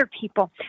people